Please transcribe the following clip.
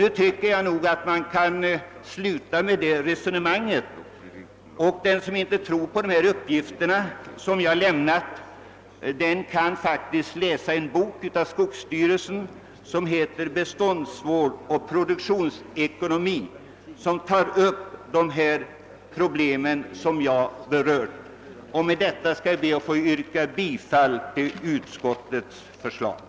Nu tycker jag att man bör sluta att föra det resonemanget. Den som inte tror på de uppgifter som jag här har lämnat kan läsa en bok som skogsstyrelsen har utgivit år 1969, »Beståndsvård och produktionsekonomi», och som tar upp de problem som jag här har berört. Med dessa ord ber jag att få yrka bifall till utskottets hemställan.